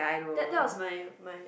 that that was my my